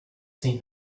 seen